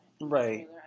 Right